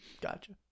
gotcha